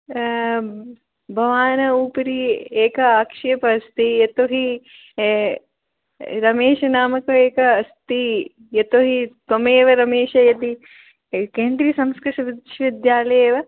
भवान् उपरि एकः आक्षेपः अस्ति यतो हि रमेशनामकः एकः अस्ति यतो हि त्वमेव रमेशः यदि केन्द्रियसंस्कृतविश्वविद्यालये वा